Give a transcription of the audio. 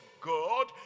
God